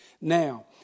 Now